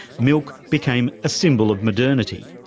milk became a symbol of modernity,